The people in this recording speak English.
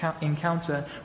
encounter